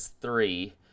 three